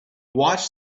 watched